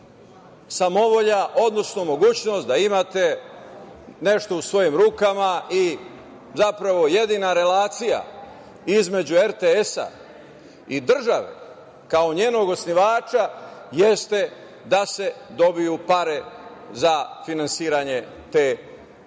samovolja, odnosno mogućnost da imate nešto u svojim rukama i zapravo jedina relacija između RTS-a i države kao njenog osnivača jeste da se dobiju pare za finansiranje te